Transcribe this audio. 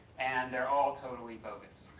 and they're all totally bogus.